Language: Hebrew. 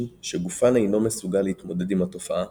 שגופן אינו מסוגל להתמודד עם התופעה